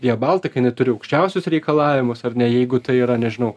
via baltica jinai turi aukščiausius reikalavimus ar ne jeigu tai yra nežinau